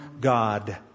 God